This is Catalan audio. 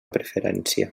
preferència